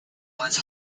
was